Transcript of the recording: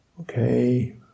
okay